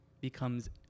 becomes